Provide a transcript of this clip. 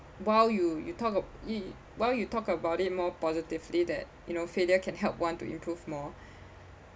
while you you talk ab~ you while you talk about it more positively that you know failure can help one to improve more